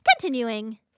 Continuing